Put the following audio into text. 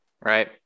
right